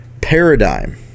paradigm